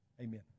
Amen